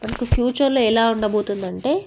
మనకు ఫ్యూచర్లో ఎలా ఉండబోతుంది అంటే